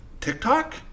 TikTok